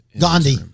Gandhi